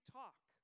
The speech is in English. talk